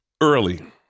Early